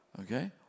Okay